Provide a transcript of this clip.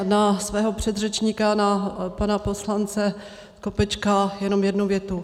Na svého předřečníka pana poslance Skopečka jenom jednu větu.